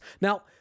Now